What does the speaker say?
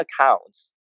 accounts